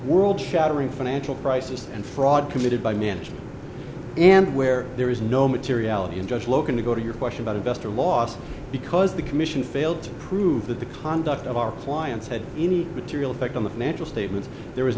world shattering financial crisis and fraud committed by management and where there is no materiality and just looking to go to your question about investor loss because the commission failed to prove that the conduct of our clients had any material effect on the financial statements there was